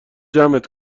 جمعت